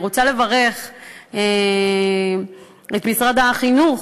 אני רוצה לברך את משרד החינוך,